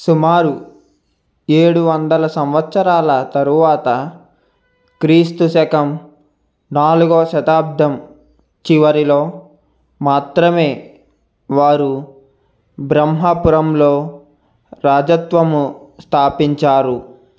సుమారు ఏడు వందల సంవత్సరాల తరువాత క్రీస్తు శకం నాలుగవ శతాబ్దం చివరిలో మాత్రమే వారు బ్రహ్మపురంలో రాజత్వము స్థాపించారు